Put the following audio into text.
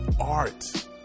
art